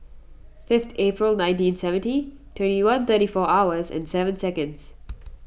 fifth April nineteen seventy twenty one thirty four hours and seven seconds